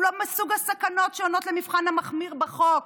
לא מסוג הסכנות שעונות למבחן המחמיר בחוק.